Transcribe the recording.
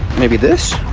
maybe this?